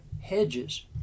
hedges